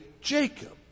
Jacob